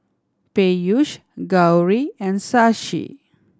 Peyush Gauri and Shashi